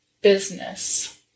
business